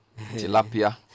tilapia